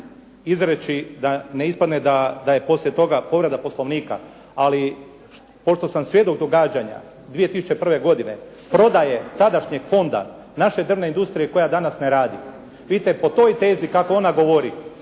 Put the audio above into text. izreći da ne ispadne da je poslije toga povreda Poslovnika. Ali pošto sam svjedok događanja 2001. godine prodaje tadašnjeg fonda naše drvne industrije koja danas ne radi, vidite po toj tezi kako ona govori,